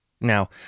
Now